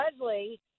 Leslie